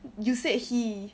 you said he